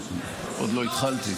עוד לא התחלתי.